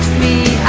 me